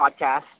podcast